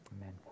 Amen